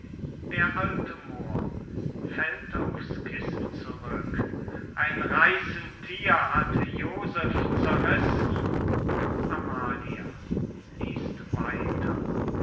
d a moor fällt auf's kissen zurück ein reissend thier hat joseph zerrissen amalia